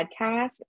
Podcast